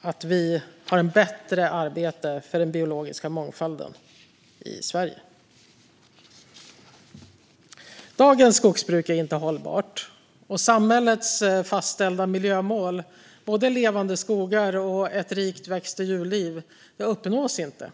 att vi har ett bättre arbete för den biologiska mångfalden i Sverige. Dagens skogsbruk är inte hållbart, och samhällets fastställda miljömål Levande skogar och Ett rikt växt och djurliv uppnås inte.